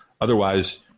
Otherwise